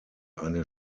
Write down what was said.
eine